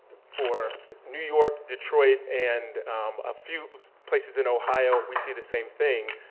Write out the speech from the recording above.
for new york, detroit and a few places in ohio, we see the same thing.